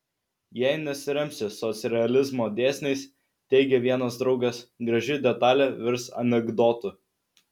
jei nesiremsi socrealizmo dėsniais teigė vienas draugas graži detalė virs anekdotu